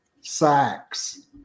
sacks